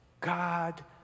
God